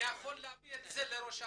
יכול להביא את זה לראש הממשלה.